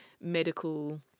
medical